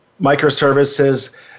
microservices